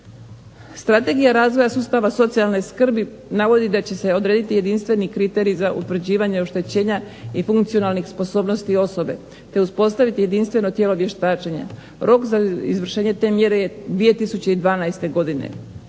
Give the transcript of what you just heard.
Strategija razvoja sustava socijalne skrbi navodi da će se odrediti jedinstveni kriterij za utvrđivanje oštećenja i funkcionalnih sposobnosti osobe te uspostaviti jedinstveno tijelo vještačenja. Rok za izvršenje te mjere je 2012. godine.